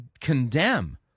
condemn